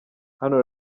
hano